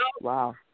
wow